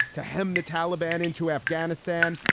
to him, the taliban into afghanistan.